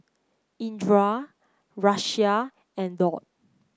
Indra Raisya and Daud